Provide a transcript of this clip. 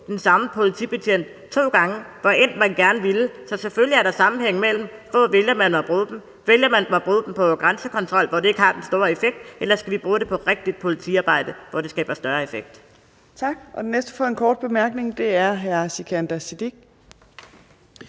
den samme politibetjent to gange, hvorend man gerne ville, så selvfølgelig er der sammenhæng i, hvor man vælger at bruge dem. Vælger vi at bruge dem på grænsekontrol, hvor det ikke har den store effekt, eller skal vi bruge dem på rigtigt politiarbejde, hvor det skaber større effekt?